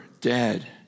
dead